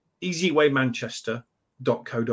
easywaymanchester.co.uk